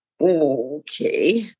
okay